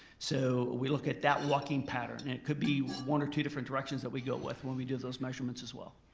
so we look at that walking pattern. and it could be one or two different directions that we go with when we do those measurements as well.